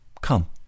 come